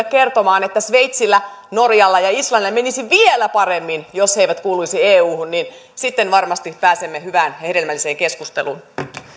kertomaan että sveitsillä norjalla ja islannilla menisi vielä paremmin jos ne eivät kuuluisi euhun varmasti pääsemme hyvään ja hedelmälliseen keskusteluun